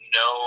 no